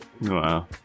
Wow